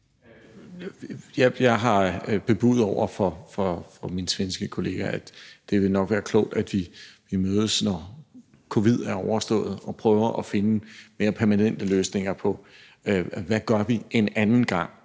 Jeg har bebudet over for min svenske kollega, at det nok vil være klogt, at vi mødes, når covid er overstået, og prøver at finde mere permanente løsninger på, hvad vi gør en anden gang,